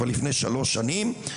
כבר לפני שלוש שנים,